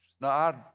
Now